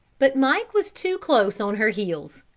but mike was too close on her heels.